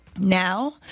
Now